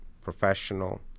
professional